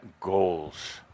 goals